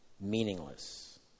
Meaningless